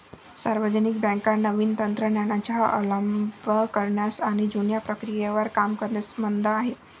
सार्वजनिक बँका नवीन तंत्र ज्ञानाचा अवलंब करण्यास आणि जुन्या प्रक्रियेवर काम करण्यास मंद आहेत